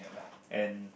and